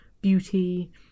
beauty